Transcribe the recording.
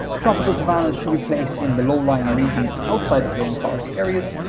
tropical savannas should be placed in the low-lying regions outside of rainforest areas,